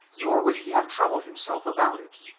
nor would he have troubled himself about it